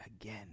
again